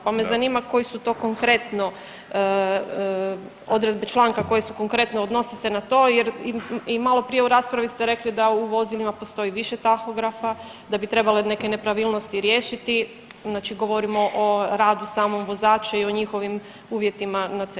Pa me zanima koji su to konkretno odredbe članka koje su konkretno, odnose se na to jer i maloprije u raspravu ste rekli da u vozilima postoji više tahografa, da bi trebale neke nepravilnosti riješiti, znači govorimo o radu samog vozača i o njihovim uvjetima na cesti.